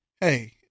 hey